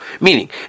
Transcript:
meaning